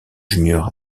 junior